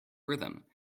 rhythm